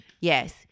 Yes